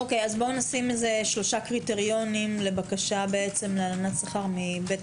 נשים שלושה קריטריונים לבקשה להלנת שכר מבית